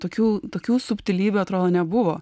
tokių tokių subtilybių atrodo nebuvo